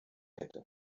hätte